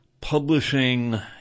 publishing